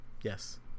yes